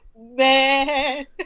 Man